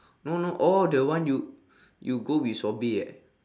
no no oh the one you you go with sobri eh